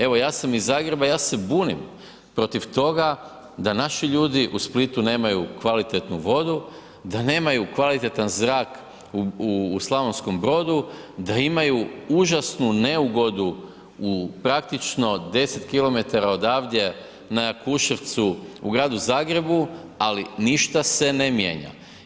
Evo, ja sam iz Zagreba, ja se bunim protiv toga da naši ljudi u Splitu nemaju kvalitetnu vodu, da nemaju kvalitetan zrak u Slavonskom Brodu, da imaju užasnu neugodu u praktično 10 km odavde na Jakuševcu u Gradu Zagrebu, ali ništa se ne mijenja.